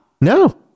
No